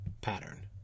pattern